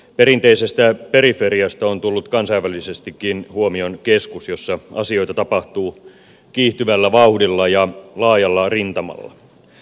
perinteisestä periferiasta on tullut kansainvälisestikin huomion keskus jossa asioita tapahtuu kiihtyvällä vauhdilla ja laajalla rintamalla